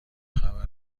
خبر